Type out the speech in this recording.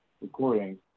recording